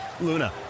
Luna